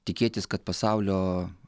tikėtis kad pasaulio